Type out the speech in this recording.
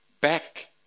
back